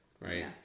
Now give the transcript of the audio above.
right